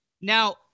Now